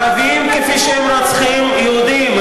הם רוצחים ערבים כפי שהם רוצחים יהודים.